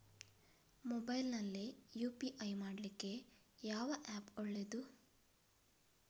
Mobile ನಲ್ಲಿ UPI ಮಾಡ್ಲಿಕ್ಕೆ ಯಾವ ಆ್ಯಪ್ ಒಳ್ಳೇದು?